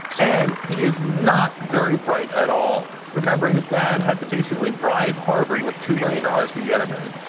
and he's not very bright at all. remember, his dad had to basically bribe harvard with two million dollars to get him in.